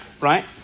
right